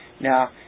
Now